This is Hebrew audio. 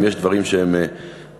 אם יש דברים שהם טובים,